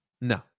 No